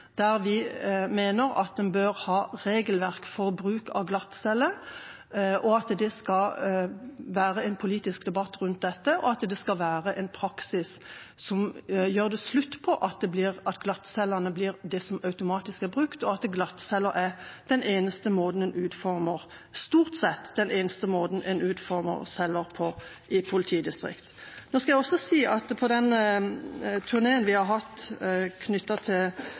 der vi mener at man bør ha regelverk for bruk av glattcelle, at det skal være en politisk debatt rundt dette, og at det skal være en praksis som gjør slutt på at glattcellene er det som automatisk blir brukt og at glattceller stort sett er den eneste måten man utformer celler på i politidistriktene. Nå skal jeg også si at på den turneen vi har hatt rundt om i landet, knyttet til